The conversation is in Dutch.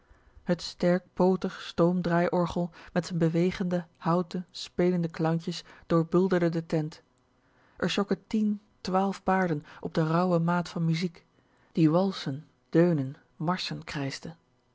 het sterk pootig stoomdraaiorgel met z'n bewegende houten spelende clowntjes doorbulderde de tent er sjokken tien twaalf paarden op de rauwe maat van muziek die wal deunen marschen krijschte